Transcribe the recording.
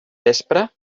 vespre